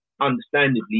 understandably